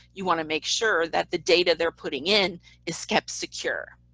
you want to make sure that the data they're putting in is kept secure,